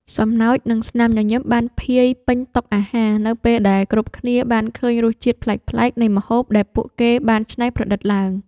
សំណើច និងស្នាមញញឹមបានភាយពេញតុអាហារ នៅពេលដែលគ្រប់គ្នាបានឃើញរសជាតិប្លែកៗនៃម្ហូបដែលពួកគេបានច្នៃប្រឌិតឡើង។